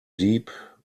deep